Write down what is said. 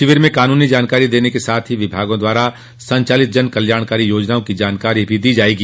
शिविर में कानूनी जानकारी देने के साथ ही सभी विभागों द्वारा संचालित जन कल्याणकारी योजनाओं की जानकारी भी दी जायेगी